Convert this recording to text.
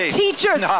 teachers